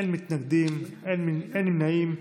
אין מתנגדים, אין נמנעים.